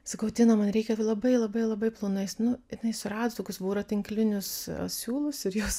sakau tina man reikia labai labai labai plonais nu jinai surado tokius voratinklinius siūlus ir juos